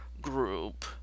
group